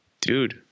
dude